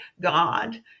God